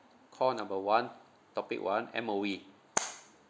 call number one topic one M_O_E